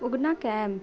Ugna cab